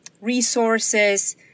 resources